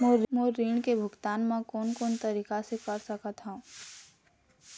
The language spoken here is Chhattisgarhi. मोर ऋण के भुगतान म कोन कोन तरीका से कर सकत हव?